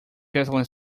catalan